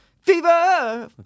Fever